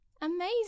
Amazing